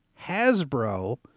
Hasbro